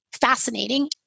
Fascinating